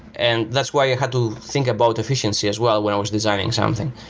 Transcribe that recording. and that's why i had to think about efficiency as well when i was designing something.